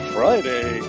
Friday